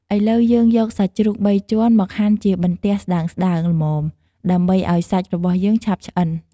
ឥឡូវយើង យកសាច់ជ្រូកបីជាន់មកហាន់ជាបន្ទះស្ដើងៗល្មម ដើម្បីឱ្យសាច់របស់យើងឆាប់ឆ្អិន។